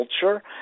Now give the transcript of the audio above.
culture